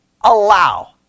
allow